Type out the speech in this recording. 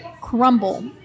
crumble